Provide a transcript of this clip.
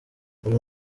uyu